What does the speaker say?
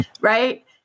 right